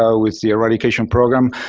ah with the eradication program.